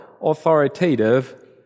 authoritative